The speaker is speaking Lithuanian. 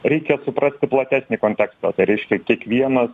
reikia suprasti platesnį kontekstą tai reiškia kiekvienas